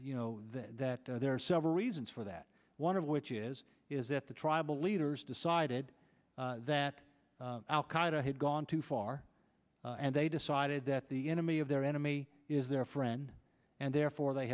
you know that there are several reasons for that one of which is is that the tribal leaders decided that al qaida had gone too far and they decided that the enemy of their enemy is their friend and therefore they